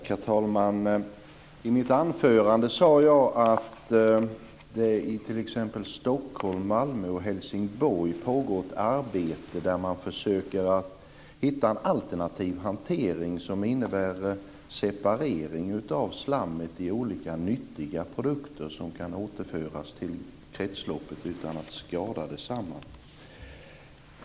Herr talman! I mitt anförande sade jag att det i t.ex. Stockholm, Malmö och Helsingborg pågår ett arbete där man försöker hitta en alternativ hantering som innebär en separering av slammet i olika nyttiga produkter som kan återföras till kretsloppet utan att skada detsamma.